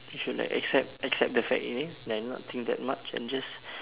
we should like accept accept the fact already like not think that much and just